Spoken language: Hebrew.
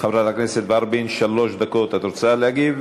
חברת הכנסת ורבין, שלוש דקות, את רוצה להגיב?